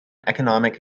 economic